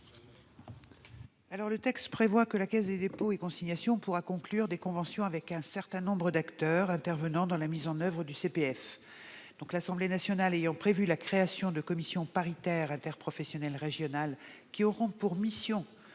? Le texte prévoit que la Caisse des dépôts et consignations pourra conclure des conventions avec un certain nombre d'acteurs intervenant dans la mise en oeuvre du CPF. L'Assemblée nationale ayant retenu la création de commissions paritaires interprofessionnelles régionales qui auront pour mission